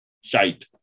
Shite